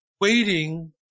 waiting